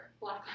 Black